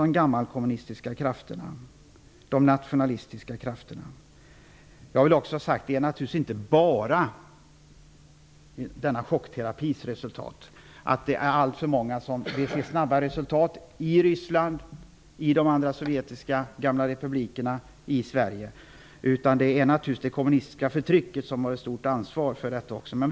De gammelkommunistiska och nationalistiska krafterna har gynnats. Men det är naturligtvis inte bara chockterapin som är orsaken. Alltför många i Ryssland, i de andra gamla sovjetiska republikerna och i Sverige vill ha snabba resultat. Det kommunistiska förtrycket har naturligtvis också ett stort ansvar.